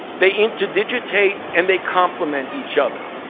they interdigitate, and they complement each other.